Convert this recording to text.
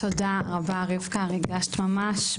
תודה רבה רבקה, רגשת ממש.